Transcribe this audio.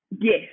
Yes